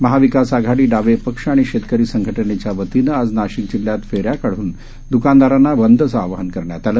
महाविकासआघाडी डावेपक्षआणिशेतकरीसंघटनेच्यावतीनंआजनाशिकजिल्ह्यातफेऱ्याकाढूनद्कानदारांनाबंदचंआवाहनकरण्या तआलं